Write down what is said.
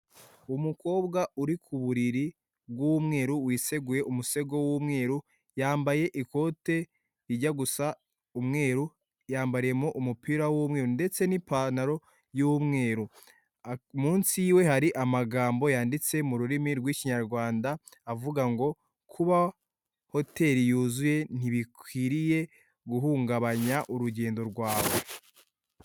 Umukobwa uri ku buriri bw'umweru wiseguye umusego w'umweru, yambaye ikote rijya gusa umweru, yambariyemo umupira w'umweru, ndetse n'ipantaro y'umweru. Munsi yiwe hari amagambo yanditse mu rurimi rw'Ikinyarwanda avuga ngo :" kuba hoteli yuzuye ntibikwiriye guhungabanya urugendo rwawe".